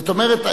זאת אומרת,